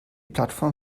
plattform